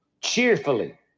cheerfully